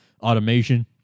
automation